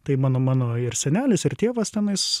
tai mano mano ir senelis ir tėvas tenais